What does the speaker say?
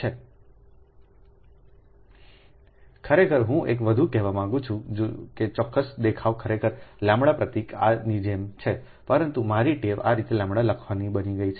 તેથી ખરેખર હું એક વધુ કહેવા માંગુ છું કે ચોક્કસ દેખાવ ખરેખર λ પ્રતીક આ ની જેમ છે પરંતુ મારી ટેવ આ રીતે λ લખવાની બની ગઈ છે